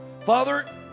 Father